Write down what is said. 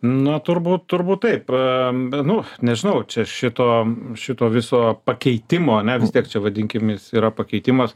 na turbūt turbūt taip a nu nežinau čia šito šito viso pakeitimo ane vis tiek čia vadinkimės yra pakeitimas